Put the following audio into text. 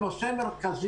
130 מיליארד